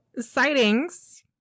sightings